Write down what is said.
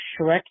Shrek